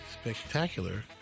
spectacular